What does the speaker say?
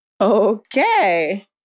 Okay